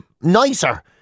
nicer